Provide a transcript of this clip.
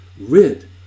rid